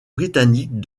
britannique